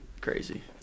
crazy